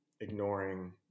Ignoring